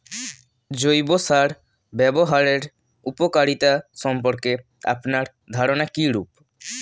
জৈব সার ব্যাবহারের উপকারিতা সম্পর্কে আপনার ধারনা কীরূপ?